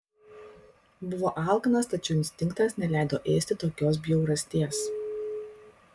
buvo alkanas tačiau instinktas neleido ėsti tokios bjaurasties